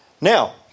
Now